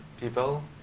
people